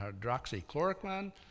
hydroxychloroquine